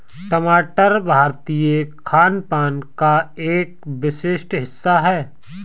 टमाटर भारतीय खानपान का एक विशिष्ट हिस्सा है